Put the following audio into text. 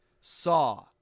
Saw